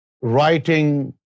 writing